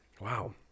Wow